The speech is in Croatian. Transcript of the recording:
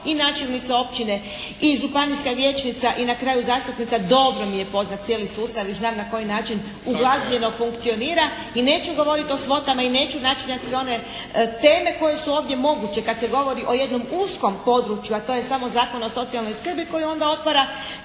i načelnica općine i županijska vijećnica i na kraju zastupnica dobro mi je poznat cijeli sustav i znam na koji način uglazbljeno funkcionira i neću govoriti o svotama i neću načinjati sve one teme koje su ovdje moguće kad se govori o jednom uskom području, a to je samo Zakon o socijalnoj skrbi koji onda otvara